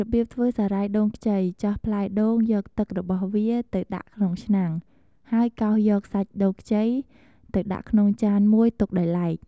របៀបធ្វើសារាយដូងខ្ចីចោះផ្លែដូងយកទឹករបស់វាទៅដាក់ក្នុងឆ្នាំង ហើយកោសយកសាច់ដូងខ្ចីទៅដាក់ក្នុងចានមួយទុកដោយឡែក។